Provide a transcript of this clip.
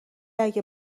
اگه